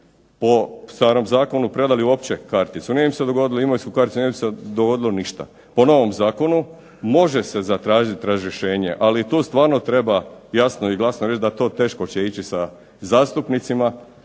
po starom zakonu predali uopće karticu. Nije im se dogodilo ništa. Po novom zakonu može se zatražiti razrješenje, ali tu stvarno treba jasno i glasno reći da to teško će ići sa zastupnicima.